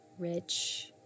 rich